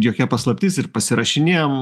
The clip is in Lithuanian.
jokia paslaptis ir pasirašinėjam